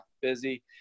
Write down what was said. busy